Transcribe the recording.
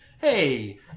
hey